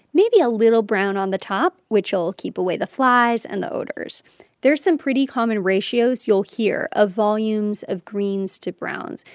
maybe a little brown on the top, which will keep away the flies and the odors there are some pretty common ratios you'll hear of volumes of greens to browns.